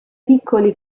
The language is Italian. piccoli